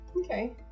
Okay